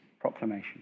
proclamation